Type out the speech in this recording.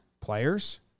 players